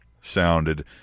sounded